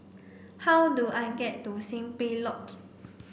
how do I get to Simply Lodge